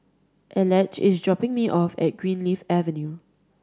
Elige is dropping me off at Greenleaf Avenue